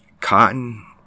Cotton